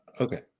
Okay